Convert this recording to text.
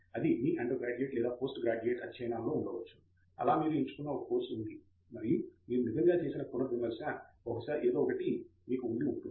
అది మీ undergraduate లేదా పోస్ట్ గ్రాడ్యుయేట్ అధ్యయనాలలో ఉండవచ్చు అలా మీరు ఎంచుకున్న ఒక కోర్సు ఉంది మరియు మీరు నిజంగా చేసిన పునర్విమర్శ బహుశా ఏదో ఒకటి మీకు ఉండి ఉంటుంది